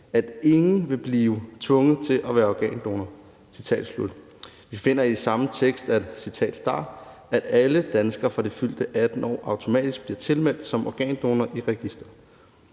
»Ingen vil blive tvunget til at være organdonor.« I samme tekst står der, og jeg citerer, at: »... alle danskere fra det fyldte 18. år automatisk bliver tilmeldt som organdonor i registeret.«